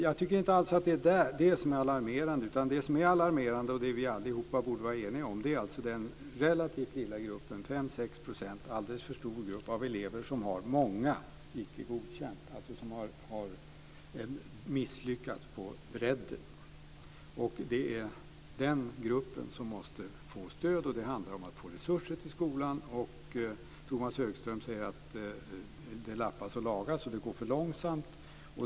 Jag tycker inte alls att det är det som är alarmerande. Det som är alarmerande, och det borde vi alla vara eniga om, är den relativt lilla gruppen, 5-6 %, en alldeles för stor grupp, av elever som har icke godkänt i många ämnen, som alltså har misslyckats på bredden. Det är den gruppen som måste få stöd. Det handlar om att få resurser till skolan. Tomas Högström säger att det lappas och lagas och att det går för långsamt.